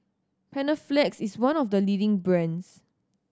Panaflex is one of the leading brands